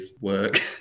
work